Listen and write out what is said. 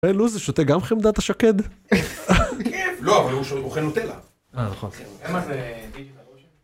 עוזי שותה גם חמדת השקד. לא, אבל הוא אוכל נוטלה. אה, נכון.